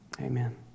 amen